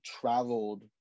traveled